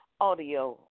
audio